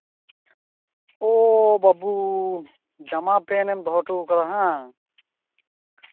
ᱳ ᱵᱟᱹᱵᱩ ᱡᱟᱢᱟ ᱯᱮᱱᱴ ᱮᱢ ᱫᱚᱦᱚ ᱦᱚᱴᱚ ᱠᱟᱫᱟ ᱵᱟᱝ